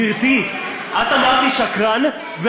גברתי, את אמרת לי "שקרן" כן.